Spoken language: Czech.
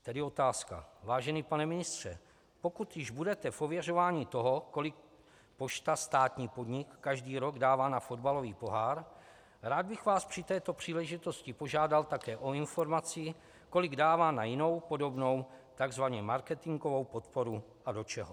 Tedy otázka: Vážený pane ministře, pokud již budete v ověřování toho, kolik pošta, státní podnik, každý rok dává na fotbalový pohár, rád bych vás při této příležitosti požádal také o informaci, kolik dává na jinou podobnou tzv. marketingovou podporu a do čeho.